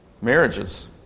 marriages